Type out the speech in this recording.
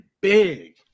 big